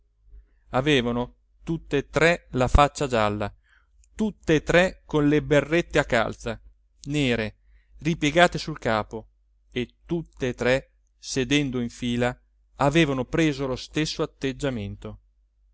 taciturni avevano tutt'e tre la faccia gialla tutt'e tre con le berrette a calza nere ripiegate sul capo e tutt'e tre sedendo in fila avevano preso lo stesso atteggiamento